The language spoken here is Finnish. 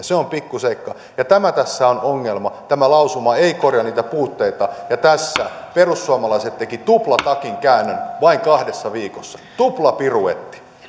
se on pikkuseikka ja tämä tässä on ongelma tämä lausuma ei korjaa niitä puutteita ja tässä perussuomalaiset tekivät tuplatakinkäännön vain kahdessa viikossa tuplapiruetin